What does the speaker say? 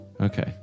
Okay